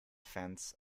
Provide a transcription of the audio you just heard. fence